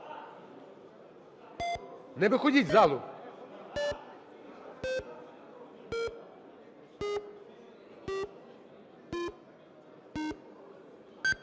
Не виходіть з залу.